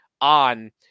on